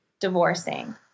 divorcing